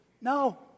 No